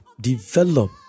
develop